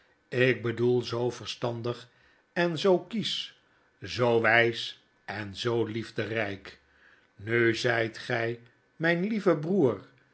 ik bedoel zoo verstandig en zoo kiesch zoo wfls en zoo liefderijk nu zyt gy myn lieve broer